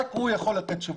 רק הוא יכול לתת תשובות.